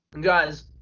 guys